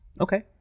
Okay